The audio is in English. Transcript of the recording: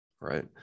right